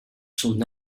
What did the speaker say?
son